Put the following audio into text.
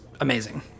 amazing